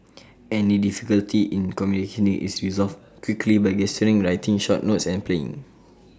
any difficulty in communicating is resolved quickly by gesturing writing short notes and playing